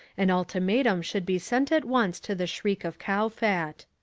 an ultimatum should be sent at once to the shriek of kowfat.